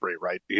right